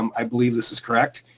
um i believe this is correct,